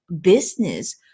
business